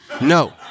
no